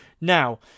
Now